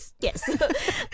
Yes